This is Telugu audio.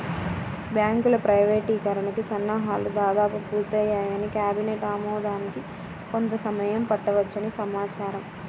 బ్యాంకుల ప్రైవేటీకరణకి సన్నాహాలు దాదాపు పూర్తయ్యాయని, కేబినెట్ ఆమోదానికి కొంత సమయం పట్టవచ్చని సమాచారం